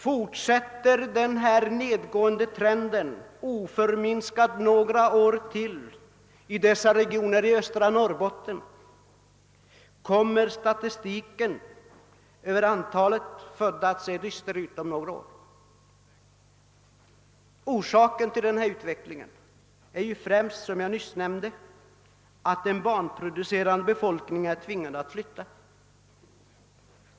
Fortsätter den nedåtgående trenden oförminskat i ytterligare några år i östra Norrbotten kommer statistiken över antalet födda barn att se dyster ut. Orsaken till denna utveckling är främst, som jag nyss nämnde, att den barnproducerande befolkningen = är tvingad att flytta.